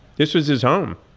this was his home.